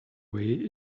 way